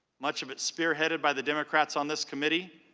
much of it spearheaded by the democrats on this committee,